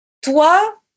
Toi